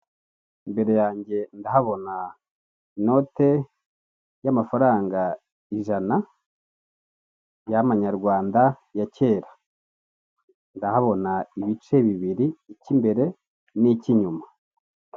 Imbere yanjye ndahabona inote y'amafaranga ijana y'amanyarwanda ya kera. Ndahabona ibice bibiri, icy'imbere n'icy'inyuma.